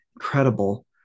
incredible